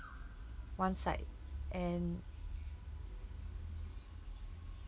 one side and